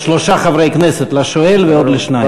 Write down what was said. לשלושה חברי כנסת, לשואל ועוד לשניים.